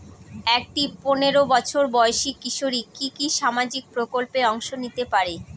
একটি পোনেরো বছর বয়সি কিশোরী কি কি সামাজিক প্রকল্পে অংশ নিতে পারে?